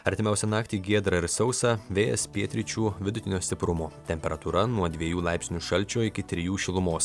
artimiausią naktį giedra ir sausa vėjas pietryčių vidutinio stiprumo temperatūra nuo dviejų laipsnių šalčio iki trijų šilumos